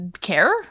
care